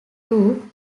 two